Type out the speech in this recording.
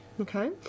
Okay